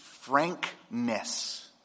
frankness